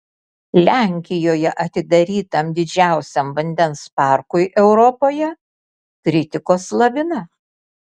lenkijoje atidarytam didžiausiam vandens parkui europoje kritikos lavina